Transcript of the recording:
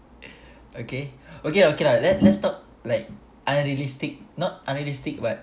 okay okay okay lah let's stop like unrealistic not unrealistic but